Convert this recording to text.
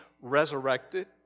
resurrected